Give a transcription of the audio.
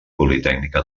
politècnica